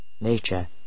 Nature